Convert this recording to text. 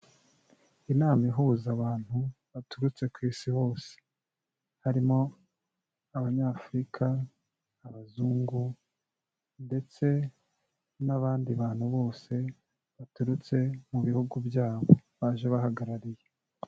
Inama ihuza abantu baturutse ku Isi hose, harimo abanyafurika, abazungu ndetse n'abandi bantu bose baturutse mu bihugu byabo baje bahagarariye.